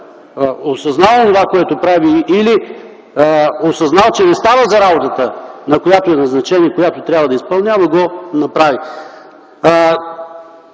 осъзнава онова, което прави или осъзнава, че не става за работата, на която е назначен и която трябва да изпълнява, и го направи.